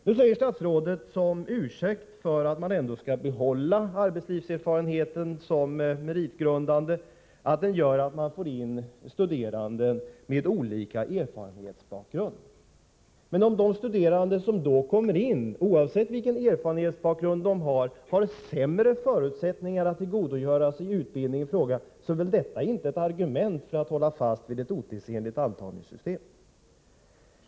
Nu säger statsrådet som ursäkt för att man ändå skall behålla arbetslivserfarenheten som meritgrundande faktor att den gör att man får in studerande med olika erfarenhetsbakgrund. Men om de studerande som då kommer in, oavsett vilken erfarenhetsbakgrund de har, har sämre förutsättningar att tillgodogöra sig utbildningen i fråga, är det väl inte ett argument för att hålla fast vid ett otidsenligt antagningssystem.